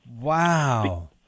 Wow